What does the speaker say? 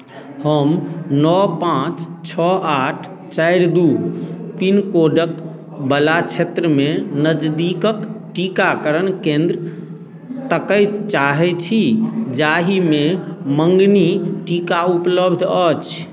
हम नओ पाँच छओ आठ चारि दुइ पिनकोडकेवला क्षेत्रमे नजदीकके टीकाकरण केन्द्र ताकै चाहै छी जाहिमे मँगनी टीका उपलब्ध अछि